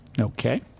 Okay